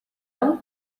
one